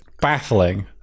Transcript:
baffling